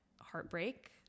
heartbreak